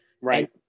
Right